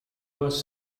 was